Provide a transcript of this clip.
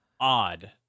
odd